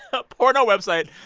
a porno website.